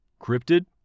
Cryptid